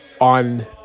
on